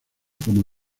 como